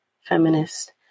feminist